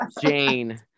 Jane